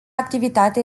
activitate